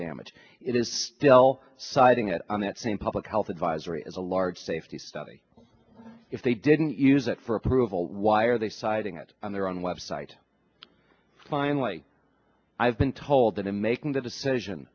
damage it is still citing it on that same public health advisory as a large safety study if they didn't use it for approval why are they citing that on their own web site finally i've been told that in making the decision